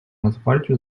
нацгвардії